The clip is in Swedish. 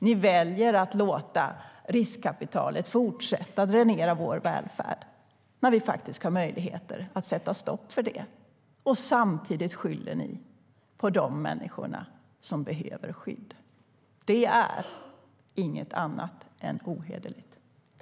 Ni väljer att låta riskkapitalet fortsätta dränera vår välfärd när vi faktiskt har möjligheter att sätta stopp för det. Samtidigt skyller ni på de människor som behöver skydd. Det är inget annat än ohederligt.